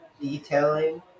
detailing